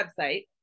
website